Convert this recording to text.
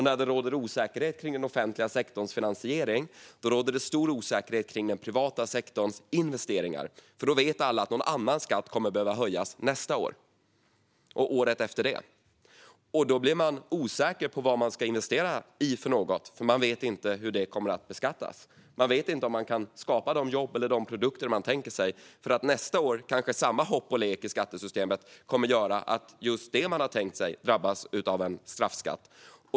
När det råder osäkerhet om den offentliga sektorns finansiering råder det stor osäkerhet kring den privata sektorns investeringar. Då vet alla att någon annan skatt kommer att behöva höjas nästa år och året efter det. Och då blir man osäker på vad man ska investera i. Man vet nämligen inte hur det kommer att beskattas. Man vet inte om man kan skapa de jobb eller produkter man tänkt sig. Nästa år kanske samma hopp och lek i skattesystemet kommer att göra så att just det man har tänkt sig drabbas av en straffskatt.